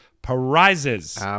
prizes